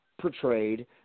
portrayed